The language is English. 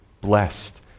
blessed